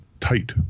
tight